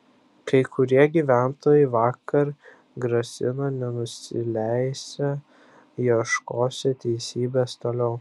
kai kurie gyventojai vakar grasino nenusileisią ieškosią teisybės toliau